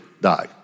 die